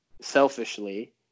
selfishly